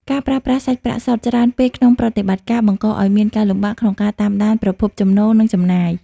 ការប្រើប្រាស់សាច់ប្រាក់សុទ្ធ ច្រើនពេកក្នុងប្រតិបត្តិការ បង្កឱ្យមានការលំបាកក្នុងការតាមដានប្រភពចំណូល និងចំណាយ។